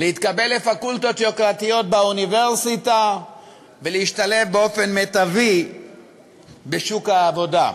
להתקבל לפקולטות יוקרתיות באוניברסיטה ולהשתלב באופן מיטבי בשוק העבודה.